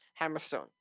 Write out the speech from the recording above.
Hammerstone